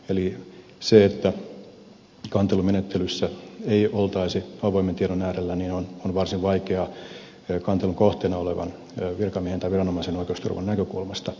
eli se että kantelumenettelyssä ei oltaisi avoimen tiedon äärellä on varsin vaikeaa kantelun kohteena olevan virkamiehen tai viranomaisen oikeusturvan näkökulmasta